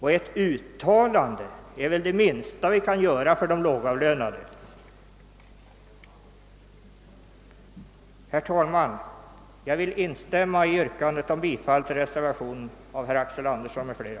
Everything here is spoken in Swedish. Ett uttalande av detta slag är väl det minsta vi kan göra för de lågavlönade. Herr talman! Jag vill instämma i yrkandet om bifall till reservationen av herr Axel Andersson m.fl.